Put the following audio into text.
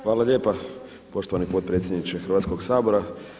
Hvala lijepa poštovani potpredsjedniče Hrvatskoga sabora.